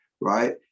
right